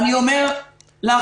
אני אומר לך,